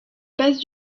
base